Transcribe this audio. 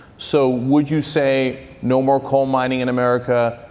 so would you say, no more coal mining in america?